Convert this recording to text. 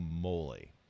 moly